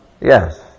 Yes